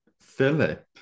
Philip